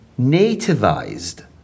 nativized